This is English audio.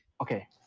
Okay